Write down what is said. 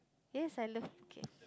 yes I love mooncake